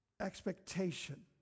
expectation